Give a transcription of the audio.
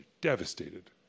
devastated